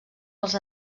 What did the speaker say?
als